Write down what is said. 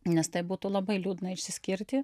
nes taip būtų labai liūdna išsiskirti